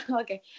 Okay